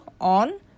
on